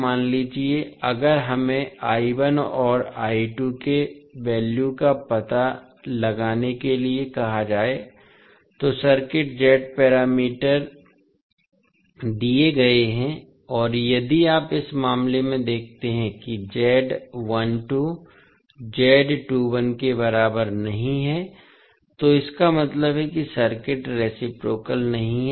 मान लीजिए अगर हमें और के वैल्यू का पता लगाने के लिए कहा जाए तो सर्किट Z पैरामीटर दिए गए हैं और यदि आप इस मामले में देखते हैं तो के बराबर नहीं है तो इसका मतलब है कि सर्किट रेसिप्रोकाल नहीं है